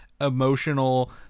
emotional